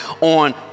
on